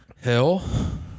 Hell